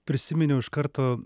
prisiminiau iš karto